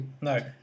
No